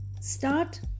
start